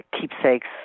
keepsakes